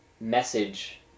message